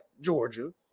Georgia